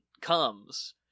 comes